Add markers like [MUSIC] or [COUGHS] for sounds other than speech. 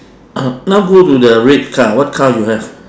[COUGHS] now go to the red car what car you have